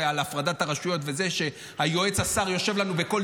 על הפרדת הרשויות וזה שיועץ השר יושב לנו בכל